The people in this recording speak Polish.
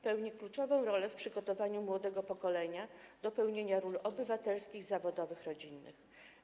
Pełnią oni kluczową rolę w przygotowaniu młodego pokolenia do pełnienia ról obywatelskich, zawodowych, rodzinnych.